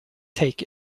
take